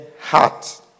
heart